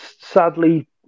sadly